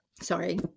Sorry